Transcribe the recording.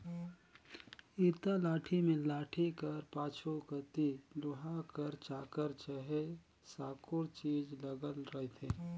इरता लाठी मे लाठी कर पाछू कती लोहा कर चाकर चहे साकुर चीज लगल रहथे